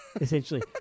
essentially